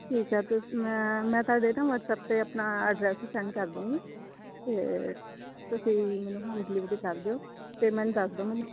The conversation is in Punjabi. ਠੀਕ ਹੈ ਅਤੇ ਮੈਂ ਮੈਂ ਤੁਹਾਡੇ ਨਾ ਵਟਸਐਪ 'ਤੇ ਆਪਣਾ ਐਡਰੈਸ ਸੈਂਡ ਕਰ ਦੂੰਗੀ ਅਤੇ ਤੁਸੀਂ ਮੈਨੂੰ ਹੋਮ ਡਿਲੀਵਰੀ ਕਰ ਦਿਓ ਅਤੇ ਮੈਨੂੰ ਦੱਸ ਦਿਉ ਮੈਨੂੰ